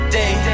day